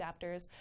adapters